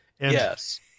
yes